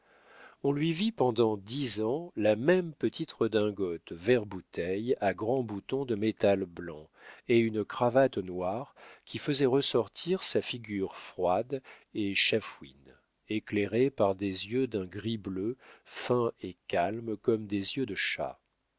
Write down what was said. on lui vit pendant dix ans la même petite redingote vert-bouteille à grands boutons de métal blancs et une cravate noire qui faisait ressortir sa figure froide et chafouine éclairée par des yeux d'un gris bleu fins et calmes comme des yeux de chat